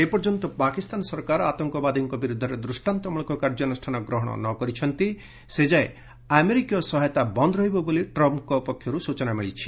ଯେପର୍ଯ୍ୟନ୍ତ ପାକିସ୍ତାନ ସରକାର ଆତଙ୍କବାଦୀଙ୍କ ବିରୁଦ୍ଧରେ ଦୂଷ୍ଟାନ୍ତ ମୂଳକ କାର୍ଯ୍ୟାନୁଷ୍ଠାନ ଗ୍ରହଣ ନ କରିଛନ୍ତି ସେ ଯାଏ ଆମେରିକୀୟ ସହାୟତା ବନ୍ଦ ରହିବ ବୋଲି ଟ୍ରମ୍ଫ୍ଙ୍କ ସୂଚନାରୁ ଜଣାପଡ଼ିଛି